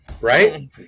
right